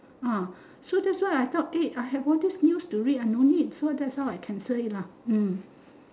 ah so that's why I thought eh I have all these news to read so I no need that's how I cancelled it lah hmm